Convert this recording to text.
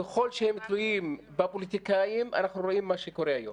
ככל שהם תלויים בפוליטיקאים אנחנו רואים מה שקורה היום.